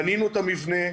בנינו את המתווה.